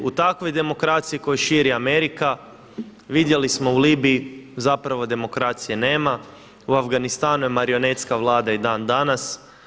U takvoj demokraciji koju širi Amerika vidjeli smo u Libiji zapravo demokracije nema, u Afganistanu je marionetska vlada i dan danas.